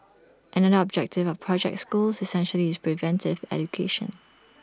another objective of project schools essentially is preventive education